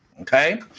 Okay